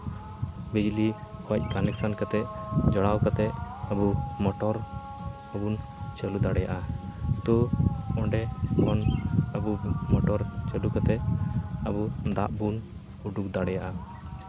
ᱵᱤᱡᱽᱞᱤ ᱠᱷᱚᱱ ᱠᱟᱱᱮᱠᱥᱮᱱ ᱠᱟᱛᱮᱫ ᱡᱚᱲᱟᱣ ᱠᱟᱛᱮᱫ ᱟᱵᱚ ᱢᱚᱴᱚᱨ ᱨᱮᱵᱚᱱ ᱪᱟᱹᱞᱩ ᱫᱟᱲᱮᱭᱟᱜᱼᱟ ᱛᱚ ᱚᱸᱰᱮ ᱵᱚᱱ ᱟᱵᱚ ᱢᱚᱴᱚᱨ ᱪᱟᱹᱞᱩ ᱠᱟᱛᱮᱫ ᱟᱵᱚ ᱫᱟᱜ ᱵᱚᱱ ᱩᱰᱩᱠ ᱫᱟᱲᱮᱭᱟᱜᱼᱟ